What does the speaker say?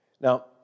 Now